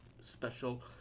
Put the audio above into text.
special